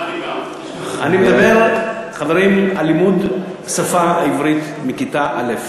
אני מדבר, חברים, על לימוד השפה העברית מכיתה א'.